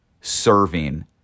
serving